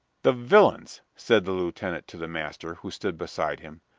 the villains! said the lieutenant to the master, who stood beside him.